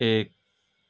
एक